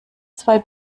zwei